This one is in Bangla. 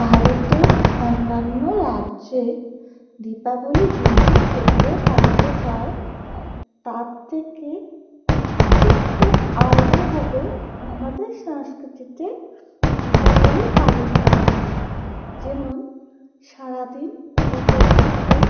ভারতের অন্যান্য রাজ্যে দীপাবলির দিনটি যেভাবে পালিত হয় তার থেকে একটু আলাদাভাবে আমাদের সংস্কৃতিতে দীপাবলি পালন করা হয় যেমন সারাদিন উপোস থেকে